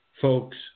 folks